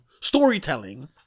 Storytelling